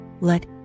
let